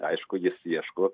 aišku jis ieško